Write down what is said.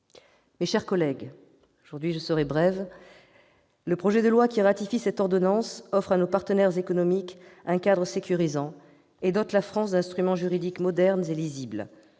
Mes chers collègues, aujourd'hui, je serai brève, soulignant que le projet de loi ratifiant cette ordonnance offre à nos partenaires économiques un cadre sécurisant et dote la France d'instruments juridiques modernes et lisibles.